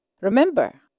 Remember